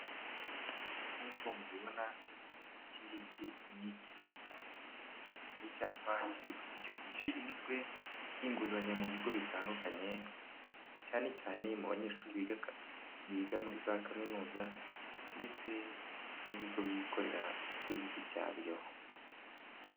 Nk'uko mubibona iki ngiki ni icyapa, ni icyapa cy'ikigo cy'Igihugu gishinzwe Inguzanyo mu bigo bitandukanye cyane cyane mu banyeshuri biga muri za kaminuza ndetse n'ibigo byikorera ku giti cyabyo.